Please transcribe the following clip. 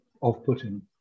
off-putting